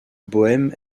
bohême